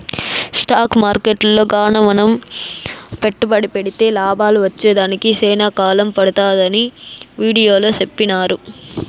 stock మార్కెట్టులో గాన మనం పెట్టుబడి పెడితే లాభాలు వచ్చేదానికి సేనా కాలం పడతాదని వీడియోలో సెప్పినారు